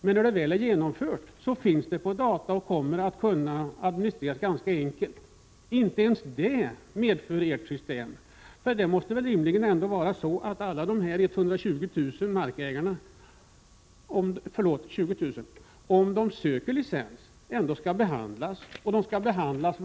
Men när systemet väl är genomfört finns det på data och kommer att kunna administreras ganska enkelt. Inte ens detta medför ert system. Om alla de 20 000 markägarna söker licenser varje år skall de också rimligen behandlas — Prot. 1986/87:113 varje år. Tala om förenkling!